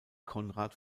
konrad